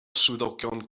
swyddogion